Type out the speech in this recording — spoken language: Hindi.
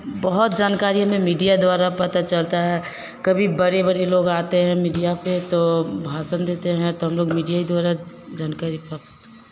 बहुत जानकारी हमें मीडिया द्वारा पता चलता है कभी बड़े बड़े लोग आते हैं मीडिया पे तो भाषण देते हैं तो हम लोग मीडिया ही द्वारा जानकारी प्राप्त